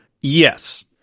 Yes